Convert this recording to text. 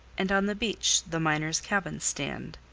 and on the beach the miners' cabins stand